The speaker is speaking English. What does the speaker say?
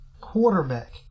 quarterback